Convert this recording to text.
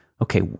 okay